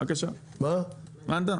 בבקשה הבנת?